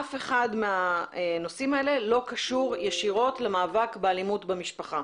אף אחד מהנושאים האלה לא קשור ישירות במאבק באלימות במשפחה